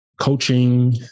coaching